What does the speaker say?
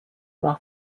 nach